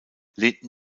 lehnten